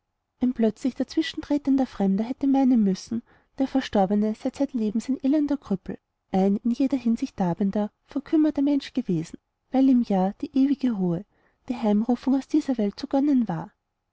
ein plötzlich dazwischentretender fremder hätte meinen müssen der verstorbene sei zeitlebens ein elender krüppel ein in jeder hinsicht darbender verkümmerter mensch gewesen weil ihm ja die ewige ruhe die heimberufung aus dieser welt so zu gönnen war